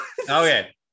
Okay